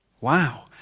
Wow